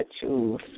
choose